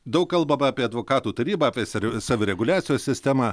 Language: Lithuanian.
daug kalbama apie advokatų tarybą apie savireguliacijos sistemą